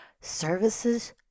Services